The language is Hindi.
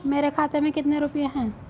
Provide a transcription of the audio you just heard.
मेरे खाते में कितने रुपये हैं?